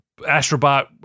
Astrobot